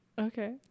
Okay